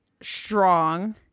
strong